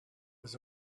was